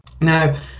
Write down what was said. now